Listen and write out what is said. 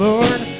Lord